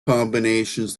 combinations